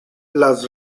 las